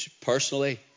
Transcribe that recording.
personally